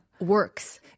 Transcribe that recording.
works